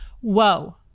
whoa